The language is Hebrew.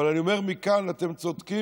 אבל אני אומר מכאן: אתם צודקים,